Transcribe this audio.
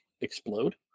explode